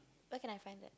where can I find that